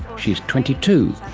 she is twenty two.